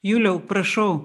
juliau prašau